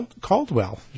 Caldwell